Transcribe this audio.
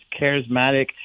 charismatic